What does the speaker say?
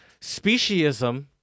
speciesism